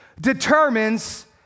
determines